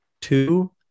two